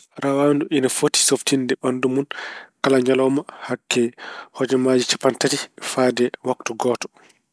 Rawaandu ina foti softinde ɓanndu mun kala ñalawma hakke hojomaaji cappanɗe tati fayde waktu gooto.